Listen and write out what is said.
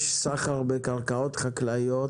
יש סחר בקרקעות חקלאיות